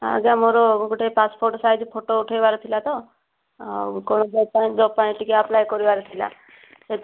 ଆଜ୍ଞା ମୋର ଗୋଟେ ପାସ୍ପୋର୍ଟ୍ ସାଇଜ୍ ଫଟୋ ଉଠାଇବାର ଥିଲା ତ ଆଉ ଜବ୍ ପାଇଁ ଟିକିଏ ଆପ୍ଲାଇ କରିବାର ଥିଲା ସେଥିପାଇଁ